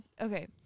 okay